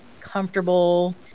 comfortable